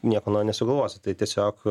nieko naujo nesugalvosi tai tiesiog